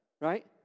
right